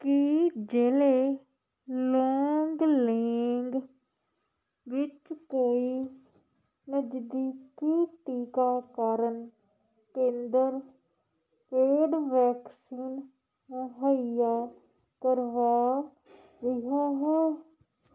ਕੀ ਜ਼ਿਲ੍ਹੇ ਲੌਂਗਲੇਂਗ ਵਿੱਚ ਕੋਈ ਨਜਦੀਕੀ ਟੀਕਾਕਰਨ ਕੇਂਦਰ ਪੇਡ ਵੈਕਸੀਨ ਮੁਹੱਈਆ ਕਰਵਾ ਰਿਹਾ ਹੈ